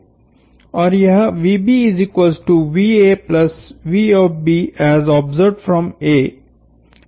और यहरिलेटिव वेलोसिटी का नियम है